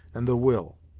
and the will.